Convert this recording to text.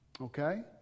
Okay